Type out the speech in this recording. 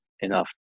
enough